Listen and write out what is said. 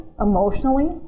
emotionally